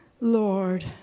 Lord